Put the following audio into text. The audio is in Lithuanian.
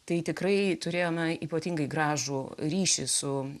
tai tikrai turėjome ypatingai gražų ryšį su